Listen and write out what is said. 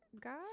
God